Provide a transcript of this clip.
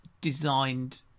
designed